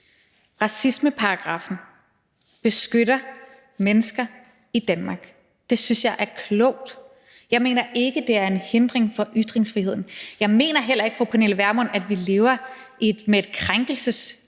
Racismeparagraffen beskytter mennesker i Danmark. Det synes jeg er klogt. Jeg mener ikke, det er en hindring for ytringsfriheden. Jeg mener heller ikke, fru Pernille Vermund, at